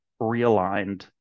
realigned